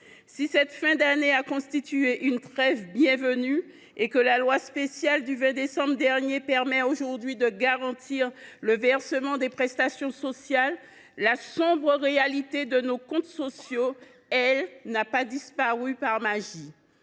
Si cette fin d’année a constitué une trêve bienvenue et si la loi spéciale du 20 décembre dernier garantit le versement des prestations, la sombre réalité de nos comptes sociaux n’a pas disparu par magie.